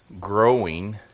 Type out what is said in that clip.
growing